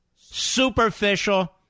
superficial